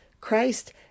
Christ